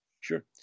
Sure